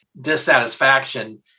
dissatisfaction